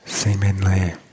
Seemingly